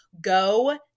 go